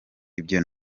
ibyo